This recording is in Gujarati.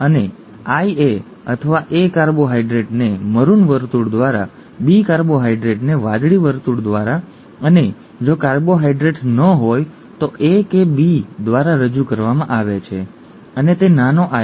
અને IA અથવા A કાર્બોહાઇડ્રેટને મરૂન વર્તુળ દ્વારા B કાર્બોહાઇડ્રેટને વાદળી વર્તુળ દ્વારા અને જો કાર્બોહાઇડ્રેટ્સ ન હોય તો A કે B દ્વારા રજૂ કરવામાં આવે છે અને તે નાનો i છે